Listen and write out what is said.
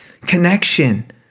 connection